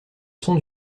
son